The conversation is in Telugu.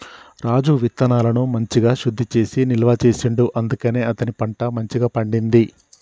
రాజు విత్తనాలను మంచిగ శుద్ధి చేసి నిల్వ చేసిండు అందుకనే అతని పంట మంచిగ పండింది